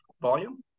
volume